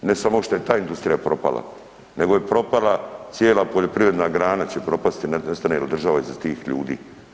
Ne samo što je ta industrija propala nego je propala cijela poljoprivredna grana će propasti ne ostane li država iza tih ljudi.